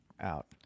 Out